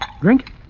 Drink